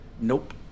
nope